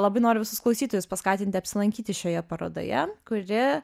labai noriu visus klausytojus paskatinti apsilankyti šioje parodoje kuri